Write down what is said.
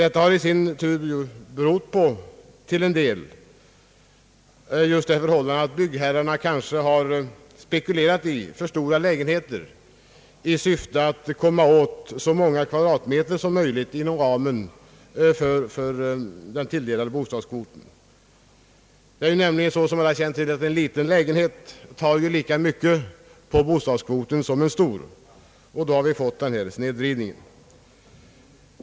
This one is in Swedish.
Detta har i sin tur delvis berott på just det förhållandet att byggherrarna kanske spekulerat i för stora lägenheter i syfte att komma åt så många kvadratmeter som möjligt inom ramen för den tilldelade bostadskvoten. Som alla känner till tar en liten lägenhet lika mycket av bostadskvoten som en stor, och därigenom har vi fått en snedvridning.